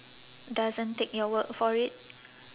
doesn't take your word for it